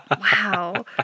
Wow